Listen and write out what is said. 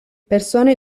persone